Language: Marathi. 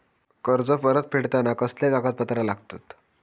कर्ज परत फेडताना कसले कागदपत्र लागतत?